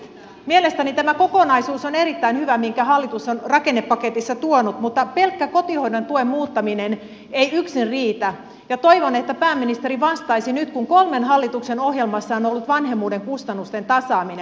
mielestäni tämä kokonaisuus minkä hallitus on rakennepaketissa tuonut on erittäin hyvä mutta pelkkä kotihoidon tuen muuttaminen ei yksin riitä ja toivon että pääministeri vastaisi nyt kun kolmen hallituksen ohjelmassa on ollut vanhemmuuden kustannusten tasaaminen